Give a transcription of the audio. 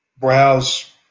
browse